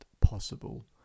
possible